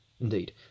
indeed